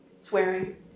swearing